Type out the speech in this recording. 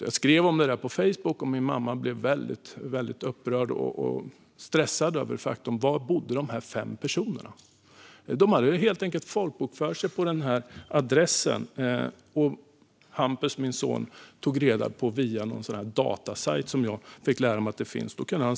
Jag skrev om det på Facebook, och min mamma blev väldigt upprörd och stressad över detta faktum. Var bodde dessa fem personer? De hade helt enkelt folkbokfört sig på adressen, vilket min son Hampus tog reda på via någon datasajt som jag fick lära mig finns.